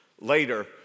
later